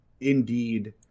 indeed